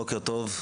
שלום, בוקר טוב.